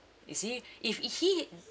you see if he